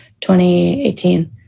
2018